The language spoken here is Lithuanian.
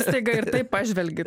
staiga ir pažvelgi